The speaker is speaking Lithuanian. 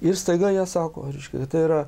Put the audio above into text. ir staiga jie sako reiškia tai yra